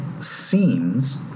seems